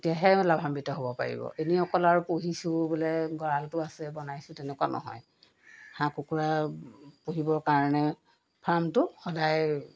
তেতিয়াহে লাভান্বিত হ'ব পাৰিব এনেই অকল আৰু পুহিছোঁ বোলে গঁড়ালটো আছে বনাইছোঁ তেনেকুৱা নহয় হাঁহ কুকুৰা পুহিবৰ কাৰণে ফাৰ্মটো সদায়